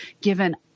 given